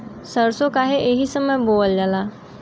सरसो काहे एही समय बोवल जाला?